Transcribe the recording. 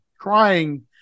trying